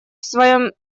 своем